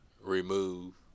remove